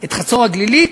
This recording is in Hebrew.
את חצור-הגלילית,